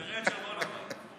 תראה את שרון, אבל.